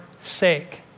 sake